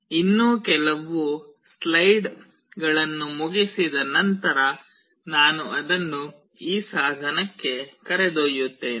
ಇನ್ನೂ ಕೆಲವು ಸ್ಲೈಡ್ಗಳನ್ನು ಮುಗಿಸಿದ ನಂತರ ನಾನು ಈ ಸಾಧನಕ್ಕೆ ಕರೆದೊಯ್ಯುತ್ತೇನೆ